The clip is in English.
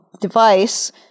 device